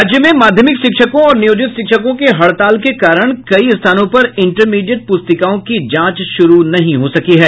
राज्य में माध्यमिक शिक्षकों और नियोजित शिक्षकों की हड़ताल के कारण कई स्थानों पर इंटरमीडिएट पुस्तिकाओं की जांच शुरू नहीं हो सकी है